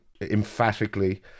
emphatically